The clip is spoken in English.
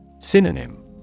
Synonym